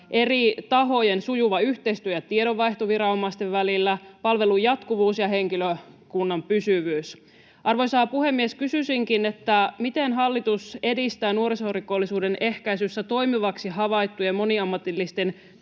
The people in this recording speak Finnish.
eri tahojen sujuva yhteistyö, tiedonvaihto viranomaisten välillä, palvelun jatkuvuus ja henkilökunnan pysyvyys. Arvoisa puhemies! Kysyisinkin, miten hallitus edistää nuorisorikollisuuden ehkäisyssä toimivaksi havaittujen, moniammatillisten